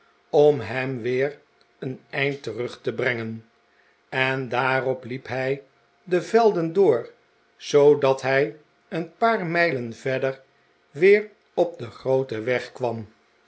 om hem weer een eind terug te brengen en daarop liep hij de velden door zoodat hij een paar mijlen verder weer op den grooten weg kwam